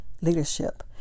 leadership